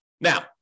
Now